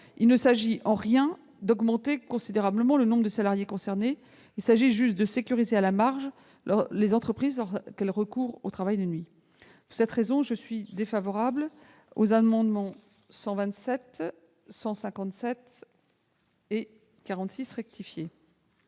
Il ne s'agit en rien d'augmenter considérablement le nombre de salariés concernés. Il s'agit simplement de sécuriser à la marge les entreprises lorsqu'elles recourent au travail de nuit. Pour ces raisons, je suis défavorable aux amendements n 127, 157 et 46 rectifié.